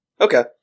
Okay